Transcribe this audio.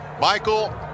Michael